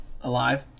alive